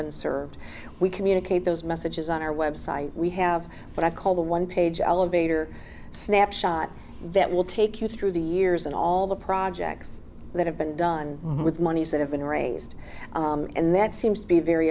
been served we communicate those messages on our website we have what i call the one page elevator snapshot that will take you through the years and all the projects that have been done with monies that have been raised and that seems to be very